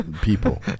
people